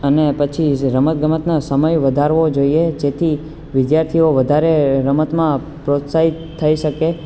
અને પછી રમત ગમતના સમય વધારવો જોઈએ જેથી વિદ્યાર્થીઓ વધારે રમતમાં પ્રોત્સાહિત થઈ શકે